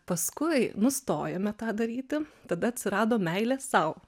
paskui nustojome tą daryti tada atsirado meilė sau